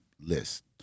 List